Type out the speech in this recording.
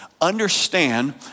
Understand